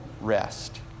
rest